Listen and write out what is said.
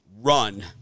run